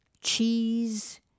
Cheese